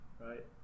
right